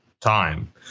time